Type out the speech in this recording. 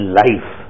life